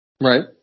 Right